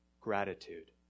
Gratitude